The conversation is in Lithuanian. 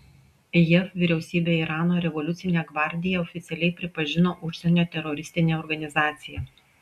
jav vyriausybė irano revoliucinę gvardiją oficialiai pripažino užsienio teroristine organizacija